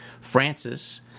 Francis